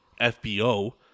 FBO